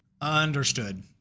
Understood